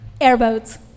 Airboats